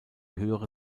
höhere